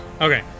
Okay